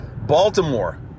Baltimore